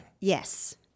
Yes